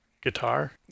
guitar